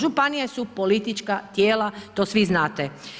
Županije su politička tijela, to svi znate.